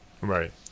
right